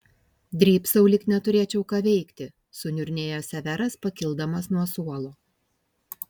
drybsau lyg neturėčiau ką veikti suniurnėjo severas pakildamas nuo suolo